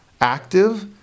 active